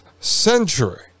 century